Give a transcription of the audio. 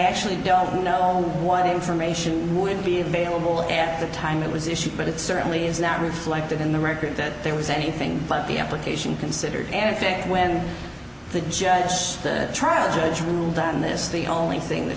actually don't know what information would be available at the time it was issued but it certainly is not reflected in the record that there was anything but the application considered an effect when the judge the trial judge ruled on this the only thing th